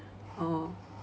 oh